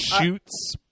shoots